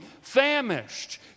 famished